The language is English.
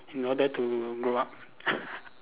in order to grow up